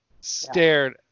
stared